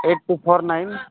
eight two four nine